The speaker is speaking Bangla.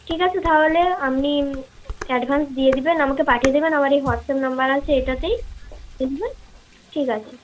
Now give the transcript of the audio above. ঠিক আছে তাহলে আপনি অ্যাডভান্স দিয়ে দেবেন আমাকে পাঠিয়ে দেবেন আমার এই হোয়াটসঅ্যাপ নম্বর আছে এটাতেই দিয়ে ঠিক আছে